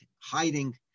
hiding